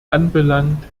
anbelangt